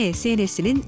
sns는